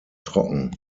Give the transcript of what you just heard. trocken